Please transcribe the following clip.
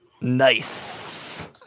Nice